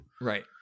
Right